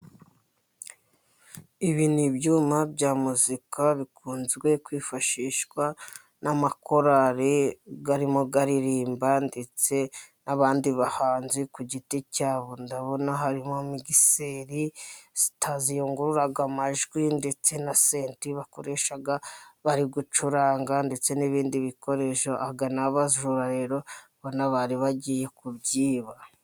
Ibi ni ibyuma bya muzika, bikunze kwifashishwa n'amakorali arimo aririmba ndetse n'abandi bahanzi ku giti cyabo, ndabona harimo migiseri ziyungurura amajwi ndetse na seti bakoresha bari gucuranga ndetse n'ibindi bikoresho, aba ni abajura rero ubona bari bagiye kubyiba.